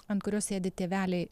ant kurios sėdi tėveliai